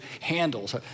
handles